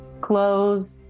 clothes